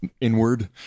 inward